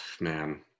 man